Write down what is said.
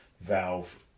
valve